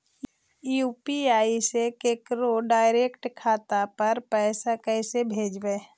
UPI से केकरो direct खाता पर पैसा कैसे भेजबै?